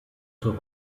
zur